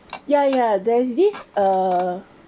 ya ya there's this uh